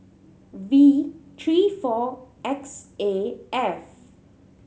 V three four X A F